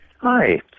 hi